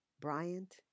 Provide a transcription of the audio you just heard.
Bryant